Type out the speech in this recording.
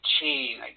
chain